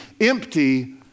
empty